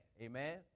amen